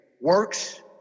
Works